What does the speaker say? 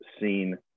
seen